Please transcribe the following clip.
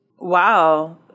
Wow